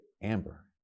Amber